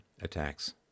attacks